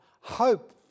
Hope